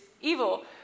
evil